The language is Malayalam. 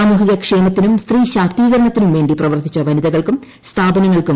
സാമൂഹികക്ഷേമത്തിനും സ്ത്രീശാക്തീകരണത്തിനും വേ ി പ്രവർത്തിച്ച വനിതകൾക്കും സ്ഥാപനങ്ങൾക്കും